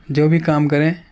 جو بھی کام کریں